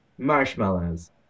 Marshmallows